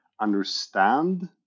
understand